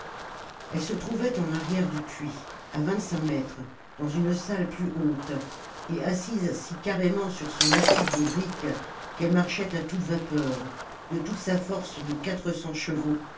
elle se trouvait en arrière du puits à vingt-cinq mètres dans une salle plus haute et assise si carrément sur son massif de briques qu'elle marchait à toute vapeur de toute sa force de quatre cents chevaux